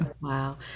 Wow